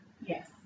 Yes